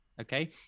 Okay